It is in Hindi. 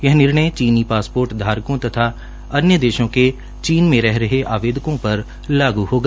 यह निर्णय चीनी पासपोर्ट धारकों तथा अन्य देशों के चीन में रह रहे आवेदकों पर लागू होगा